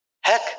Heck